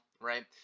right